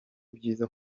byiza